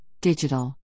digital